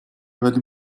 ولی